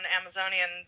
Amazonian